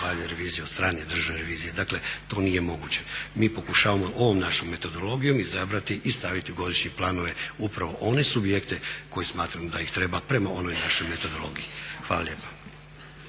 revizije od strane Državne revizije. Dakle, to nije moguće. Mi pokušavamo ovom našom metodologijom izabrati i staviti u godišnje planove upravo one subjekte koje smatram da ih treba prema onoj našoj metodologiji. Hvala lijepa.